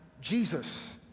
Jesus